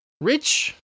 rich